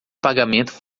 pagamento